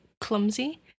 clumsy